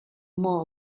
more